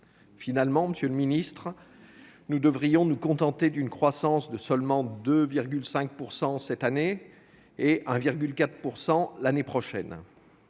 ministre, nous devrions nous contenter d'une croissance de 2,5 % cette année et de 1,4 % l'année prochaine.